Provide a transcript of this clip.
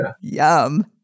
yum